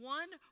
one